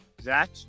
Zach